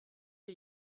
wir